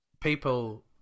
people